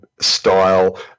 style